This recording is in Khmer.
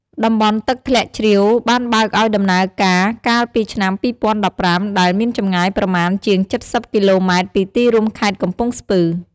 តំបន់ទឹកធ្លាក់ជ្រាវបានបើកឲ្យដំណើរការកាលពីឆ្នាំ២០១៥ ដែល មានចម្ងាយប្រមាណជាង ៧០ គីឡូម៉ែត្រពីទីរួមខេត្តកំពង់ស្ពឺ ។